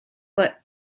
but